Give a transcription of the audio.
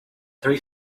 three